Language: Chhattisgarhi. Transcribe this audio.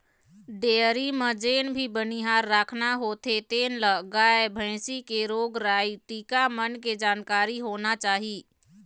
डेयरी म जेन भी बनिहार राखना होथे तेन ल गाय, भइसी के रोग राई, टीका मन के जानकारी होना चाही